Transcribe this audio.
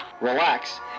relax